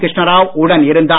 கிருஷ்ணாராவ் உடன் இருந்தார்